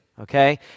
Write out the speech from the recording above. okay